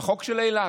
החוק של אילת.